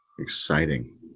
Exciting